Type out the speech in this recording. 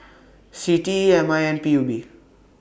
C T E M I and P U B